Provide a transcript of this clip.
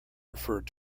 referred